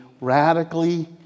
radically